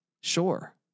sure